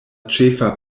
ĉefa